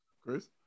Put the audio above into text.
Chris